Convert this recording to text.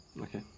Okay